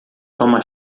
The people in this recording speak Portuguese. toma